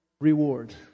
reward